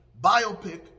biopic